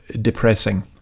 depressing